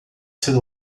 ser